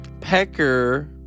Pecker